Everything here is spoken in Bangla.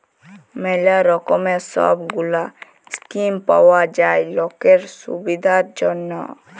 ম্যালা রকমের সব গুলা স্কিম পাওয়া যায় লকের সুবিধার জনহ